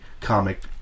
comic